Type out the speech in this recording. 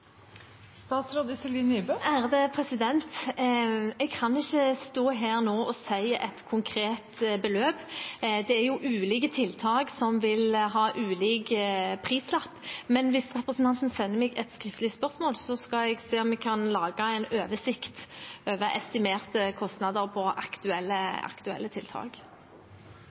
Jeg kan ikke stå her nå og komme med et konkret beløp, det er jo ulike tiltak som vil ha ulik prislapp, men hvis representanten sender meg et skriftlig spørsmål, skal jeg se om jeg kan lage en oversikt over estimerte kostnader for aktuelle tiltak. Her har vi nå drevet en lang stund og foreslått tiltak.